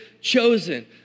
chosen